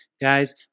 guys